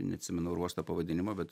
neatsimenu ir uosto pavadinimo bet